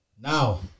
now